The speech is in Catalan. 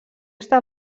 està